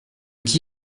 qui